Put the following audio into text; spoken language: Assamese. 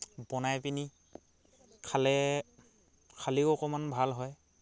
বনাই পিনি খালে খালেও অকণমান ভাল হয়